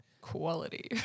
Quality